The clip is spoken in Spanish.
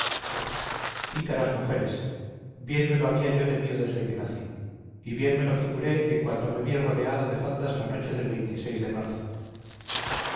pícaras mujeres bien me lo había yo temido desde que nací y bien me lo figuré en cuanto me vi rodeado de faldas la noche del de marzo